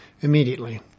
immediately